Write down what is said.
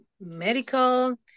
medical